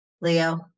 Leo